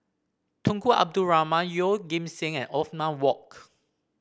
Tunku Abdul Rahman Yeoh Ghim Seng and Othman Wok